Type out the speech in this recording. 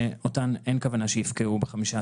ואין כוונה שהן יפקעו ב-15 באוקטובר.